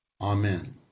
Amen